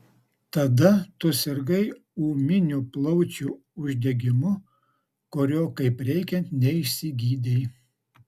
tada tu sirgai ūminiu plaučių uždegimu kurio kaip reikiant neišsigydei